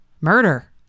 murder